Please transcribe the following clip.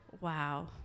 Wow